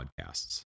podcasts